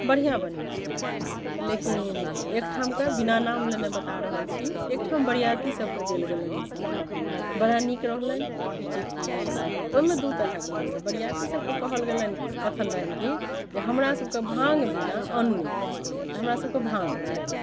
बढ़िआँ बनैत छै लेकिन एक ठामके बिना नाम लेने बता रहल छी एक ठाम बरिआती सभकेँ देल गेलनि ई शरबत बड़ा नीक रहलनि जे कि ओहिमे दू तरहक बनलै बरिआती सभकेँ कहल गेलनि कथन रहनि कि जे हमरा सभकें भाङ्ग बिना अन्न नहि पचैया तऽ हमरा सभकेँ भाँङ्ग चाही